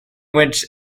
which